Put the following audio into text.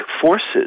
forces